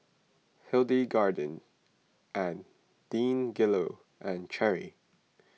Hildegarde and Deangelo and Cherry